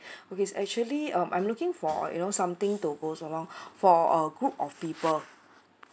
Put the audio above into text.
okay actually uh I'm looking for uh you know something to goes along for a group of people